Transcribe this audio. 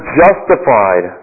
justified